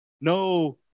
no